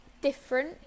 different